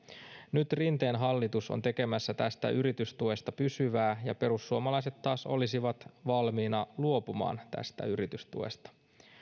nyt rinteen hallitus on tekemässä tästä yritystuesta pysyvää ja perussuomalaiset taas olisivat valmiina luopumaan tästä yritystuesta